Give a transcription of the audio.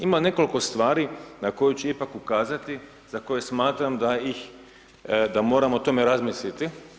Ima nekoliko stvari na koje ću ipak ukazati, za koje smatram da ih, da moramo o tome razmisliti.